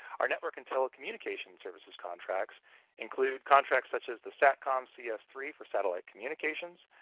our network and telecommunications services contracts include contracts such as the satcom c s three for satellite communications,